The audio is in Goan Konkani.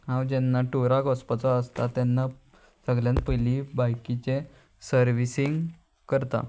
हांव जेन्ना टुराक वसपाचो आसता तेन्ना सगल्यान पयली बायकीचे सर्विसींग करतां